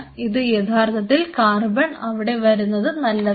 ഇത് യഥാർത്ഥത്തിൽ കാർബൺ അവിടെ വരുന്നത് നല്ലതാണ്